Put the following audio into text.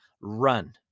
run